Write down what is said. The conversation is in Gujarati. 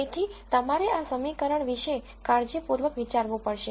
તેથી તમારે આ સમીકરણ વિશે કાળજીપૂર્વક વિચારવું પડશે